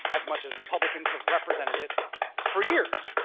as much as republicans have represented it for years.